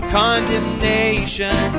condemnation